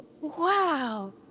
Wow